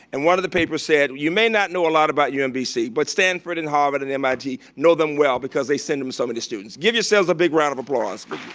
and one of the papers said, you may not know a lot about umbc, but stanford and harvard and mit know them well because they send them so many students. give yourselves a big round of applause